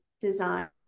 design